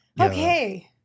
Okay